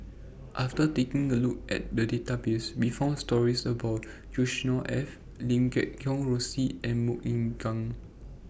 after taking A Look At The Database We found stories about Yusnor Ef Lim Guat Kheng Rosie and Mok Ying Jang